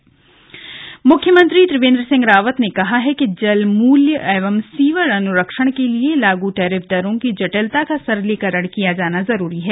पेयजल टेरिफ पुनरीक्षण मुख्यमंत्री त्रिवेन्द्र सिंह रावत ने कहा है कि जल मूल्य एवं सीवर अनुरक्षण के लिए लागू टैरिफ दरों की जटिलता का सरलीकरण किया जाना जरूरी है